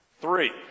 Three